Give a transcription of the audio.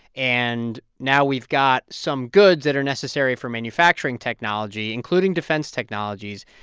and now we've got some goods that are necessary for manufacturing technology, including defense technologies,